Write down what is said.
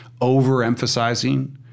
overemphasizing